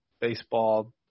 baseball